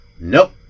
Nope